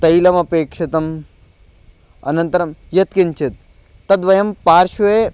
तैलमपेक्षितम् अनन्तरं यत्किञ्चित् तद्वयं पार्श्वे